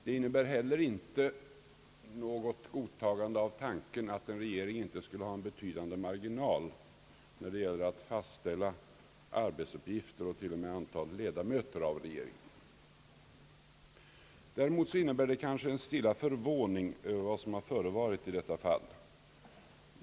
Den innebär heller inte något godtagande av tanken att en regering inte skulle ha en betydande marginal när det gäller att fastställa arbetsuppgifter liksom antalet ledamöter. Däremot innebär den en stilla förvåning över vad som förevarit i detta fall.